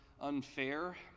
unfair